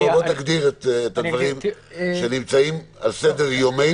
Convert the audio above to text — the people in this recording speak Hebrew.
בוא תגדיר את הדברים שנמצאים על סדר-יומנו.